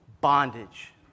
bondage